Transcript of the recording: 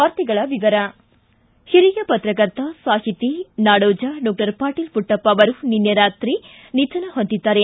ವಾರ್ತೆಗಳ ವಿವರ ಹಿರಿಯ ಪತ್ರಕರ್ತ ಸಾಹಿತಿ ನಾಡೋಜ ಡಾಕ್ಟರ್ ಪಾಟೀಲ ಪುಟ್ಟಪ್ಪ ಅವರು ನಿನ್ನೆ ರಾತ್ರಿ ನಿಧನ ಹೊಂದಿದ್ದಾರೆ